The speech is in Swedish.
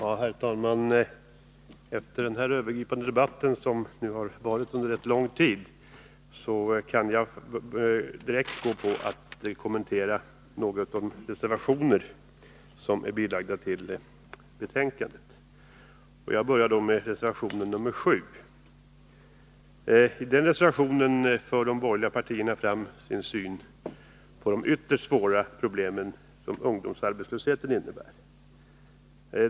Herr talman! Efter den övergripande debatt som nu förts under rätt lång tid kan jag direkt gå på att kommentera några av de reservationer som är fogade till betänkandet. Jag börjar då med reservation 7. I den reservationen för de borgerliga partierna fram sin syn på de ytterst svåra problem som ungdomsarbetslösheten innebär.